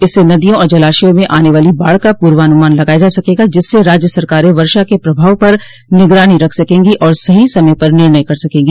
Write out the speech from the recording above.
इससे नदियों और जलाशयों में आने वाली बाढ़ का पूर्वानमान लगाया जा सकेगा जिससे राज्य सरकारें वर्षा के प्रभाव पर निगरानी रख सकेंगी और सही समय पर निर्णय कर सकेंगी